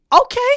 Okay